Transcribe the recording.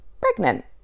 pregnant